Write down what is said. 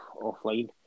offline